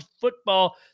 football